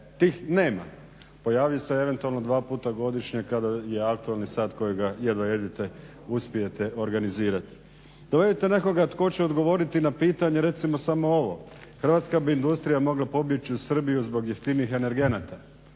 Tih nema. Pojavi se eventualno dva puta godišnje kada je aktualni sat kojega jedva jedvice uspijete organizirati. Dovedite nekoga tko će odgovoriti na pitanje recimo samo ovo, hrvatska bi industrija mogla pobjeći u Srbiju zbog jeftinijih energenata.